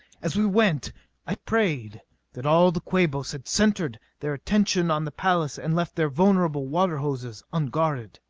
as we went i prayed that all the quabos had centered their attention on the palace and left their vulnerable water-hoses unguarded.